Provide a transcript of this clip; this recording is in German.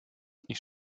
ich